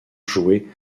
jouée